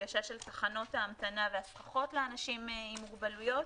הנגשה של תחנות ההמתנה והסככות לאנשים עם מוגבלויות.